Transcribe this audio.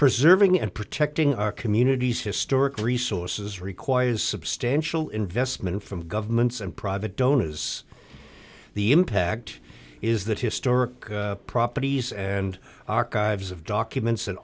preserving and protecting our communities historic resources requires substantial investment from governments and private donors the impact is that historic properties and archives of documents